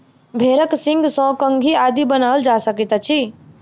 भेंड़क सींगसँ कंघी आदि बनाओल जा सकैत अछि